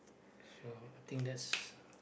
so I think that's